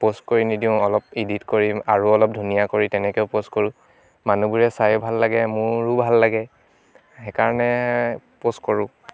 post কৰি নিদিওঁ অলপ ইডিট কৰি আৰু অলপ ধুনীয়া কৰি তেনেকেও পোষ্ট কৰোঁ মানুহবোৰে চায়ো ভাল লাগে মোৰো ভাল লাগে সেইকাৰণে পোষ্ট কৰোঁ